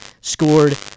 scored